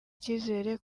icyizere